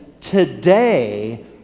Today